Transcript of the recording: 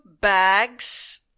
bags